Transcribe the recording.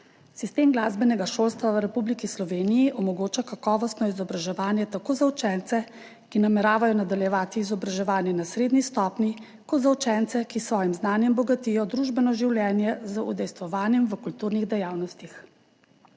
Sistem glasbenega šolstva v Republiki Sloveniji omogoča kakovostno izobraževanje tako za učence, ki nameravajo nadaljevati izobraževanje na srednji stopnji, kot za učence, ki s svojim znanjem bogatijo družbeno življenje z udejstvovanjem v kulturnih dejavnostih.